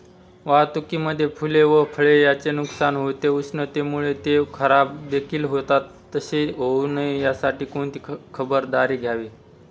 वाहतुकीमध्ये फूले व फळे यांचे नुकसान होते, उष्णतेमुळे ते खराबदेखील होतात तसे होऊ नये यासाठी कोणती खबरदारी घ्यावी?